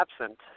absent